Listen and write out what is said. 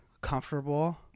comfortable